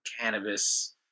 cannabis